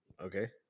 Okay